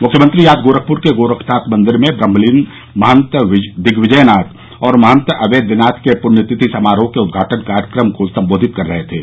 मुख्यमंत्री आज गोरखपुर के गोरखनाथ मंदिर में ब्रह्मलीन महत दिग्विजयनाथ और मंहत अवेद्यनाथ के पृण्यतिथि समारोह के उद्घाटन कार्यक्रम को संबोधित कर रहे थे